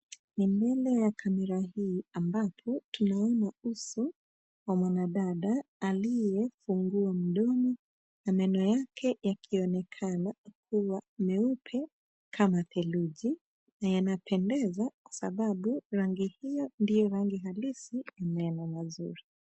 Ni mbele ya kamera hii ambapo tunaona uso wa mwanadada aliyefungua mdomo na meno yake yakionekana kuwa meupe lama theluthi na yanapenxeza kwa sababu rangi hio ndio rangi halisi ya meno mazuri.